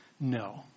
No